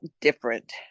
different